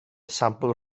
sampl